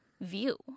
view